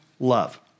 love